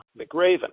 McRaven